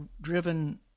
driven